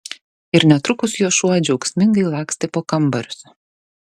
ir netrukus jos šuo džiaugsmingai lakstė po kambarius